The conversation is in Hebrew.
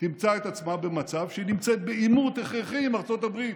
תמצא את עצמה במצב שהיא נמצאת בעימות הכרחי עם ארצות הברית.